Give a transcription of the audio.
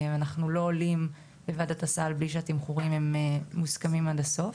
אנחנו לא עולים לוועדת הסל בלי שהתמחורים מוסכמים עד הסוף.